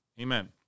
Amen